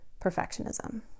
perfectionism